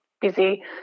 busy